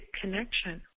connection